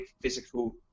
physical